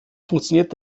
funktioniert